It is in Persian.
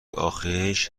آخیش